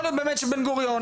יכול להיות באמת שבן גוריון,